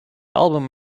album